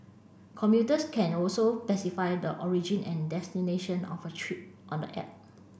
commuters can also specify the origin and destination of a trip on the app